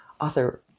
author